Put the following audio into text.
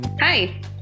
Hi